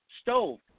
stove